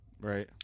right